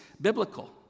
biblical